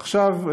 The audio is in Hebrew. עכשיו,